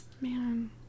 Man